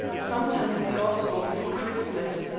sometime in the autumn or before christmas.